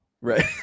right